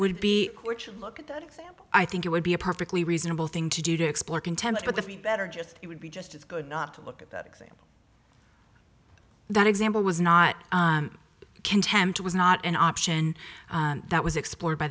cordial look at that example i think it would be a perfectly reasonable thing to do to explore contempt but the be better just it would be just as good not to look at that example that example was not contempt was not an option that was explored by